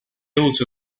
uso